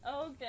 Okay